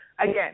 again